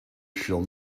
shall